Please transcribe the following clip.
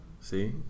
See